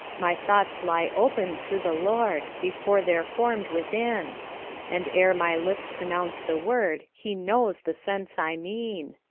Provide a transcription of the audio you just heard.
my thoughts lie open to the lord before they're formed within and ere my lips pronounce the word he knows the sense i mean.